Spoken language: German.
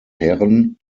herren